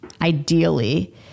ideally